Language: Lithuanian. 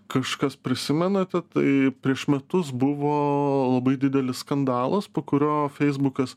kažkas prisimenate tai prieš metus buvo labai didelis skandalas po kurio feisbukas